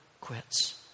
quits